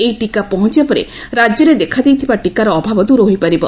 ଏହି ଟିକା ପହଞ୍ଚିବା ପରେ ରାକ୍ୟରେ ଦେଖାଦେଇଥିବା ଟିକାର ଅଭାବ ଦ୍ର ହୋଇପାରିବ